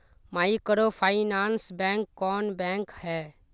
Microfinance bank कौन bank है?